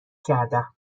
کردم